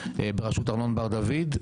בראשות ארנון בר דוד,